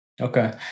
Okay